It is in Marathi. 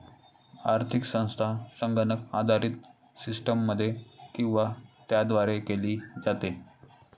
आर्थिक संस्था संगणक आधारित सिस्टममध्ये किंवा त्याद्वारे केली जाते